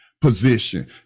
position